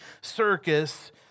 circus